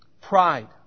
pride